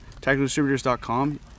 TacticalDistributors.com